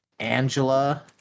Angela